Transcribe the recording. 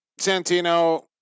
Santino